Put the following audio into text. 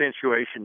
situation